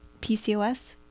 PCOS